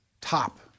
top